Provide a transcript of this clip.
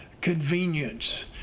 convenience